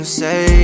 say